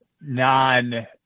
non